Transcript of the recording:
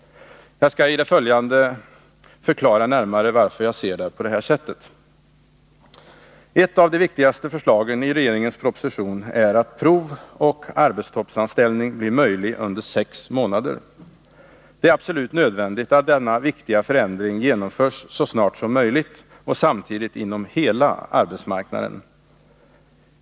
Jag skalli det följande närmare förklara varför jag ser det på detta sätt. Ett av de viktigaste förslagen i regeringens proposition är att provoch arbetstoppsanställning blir möjlig under sex månader. Det är absolut nödvändigt att denna viktiga förändring genomförs så snart som möjligt och samtidigt inom hela arbetsmarknaden.